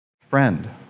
friend